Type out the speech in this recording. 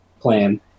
plan